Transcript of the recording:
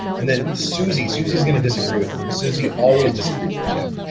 and then suzy, suzy's gonna disagree with him cause suzy always disagrees with jim.